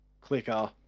clicker